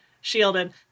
shielded